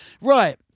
right